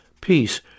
peace